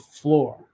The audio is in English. floor